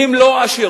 שהן לא עשירות,